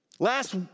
Last